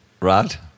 right